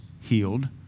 healed